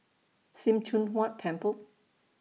SIM Choon Huat Temple